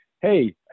hey